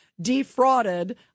defrauded